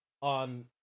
on